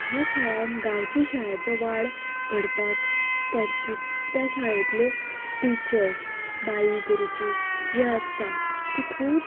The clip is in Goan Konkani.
ह्या शाळान गांवची शाळाचो वाड घडपाक त्या त्या शाळेंतल्यो टिचर्स बाई गुरुजी जी आसता ती खूब